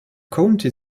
county